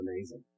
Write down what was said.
amazing